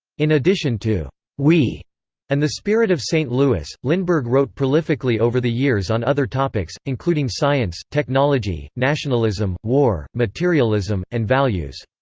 in addition to we and the spirit of st. louis, lindbergh wrote prolifically over the years on other topics, including science, technology, nationalism, war, materialism, and values.